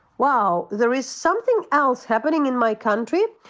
wow. there is something else happening in my country.